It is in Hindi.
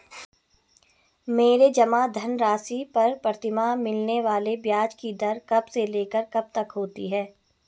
मेरे जमा धन राशि पर प्रतिमाह मिलने वाले ब्याज की दर कब से लेकर कब तक होती है?